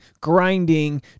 grinding